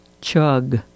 Chug